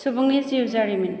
सुबुंनि जिउ जारिमिन